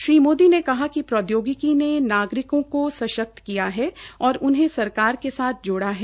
श्री मोदी ने कहा कि प्रौद्योगिकी ने नागरिकों को सशक्त किया है और उन्हैं सरकार के साथ जोड़ा है